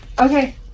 Okay